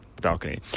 balcony